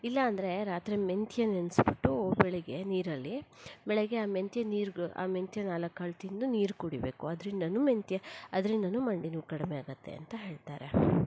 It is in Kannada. ಇಲ್ಲಾಂದರೆ ರಾತ್ರಿ ಮೆಂತ್ಯ ನೆನೆಸ್ಬಿಟ್ಟು ಬೆಳಿಗ್ಗೆ ನೀರಲ್ಲಿ ಬೆಳಗ್ಗೆ ಆ ಮೆಂತ್ಯ ನೀರ್ಗೆ ಆ ಮೆಂತ್ಯ ನಾಲ್ಕು ಕಾಳು ತಿಂದು ನೀರು ಕುಡಿಬೇಕು ಅದರಿಂದನು ಮೆಂತ್ಯ ಅದರಿಂದನು ಮಂಡಿ ನೋವು ಕಡಿಮೆ ಆಗತ್ತೆ ಅಂತ ಹೇಳ್ತಾರೆ